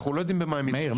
מאיר,